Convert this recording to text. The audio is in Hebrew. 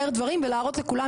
מהר דברים ולהראות לכולם,